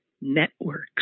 networks